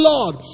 Lord